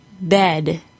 bed